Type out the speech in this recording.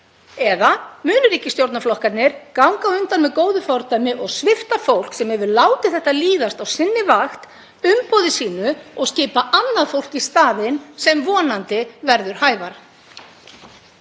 Eða munu ríkisstjórnarflokkarnir ganga á undan með góðu fordæmi og svipta fólk, sem hefur látið þetta líðast á sinni vakt, umboði sínu og skipa annað fólk í staðinn sem verður vonandi